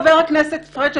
חבר הכנסת פריג',